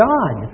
God